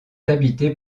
habité